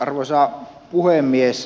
arvoisa puhemies